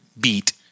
beat